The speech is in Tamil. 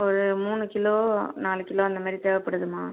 ஒரு மூணு கிலோ நாலு கிலோ அந்த மாதிரி தேவைப்படுதுமா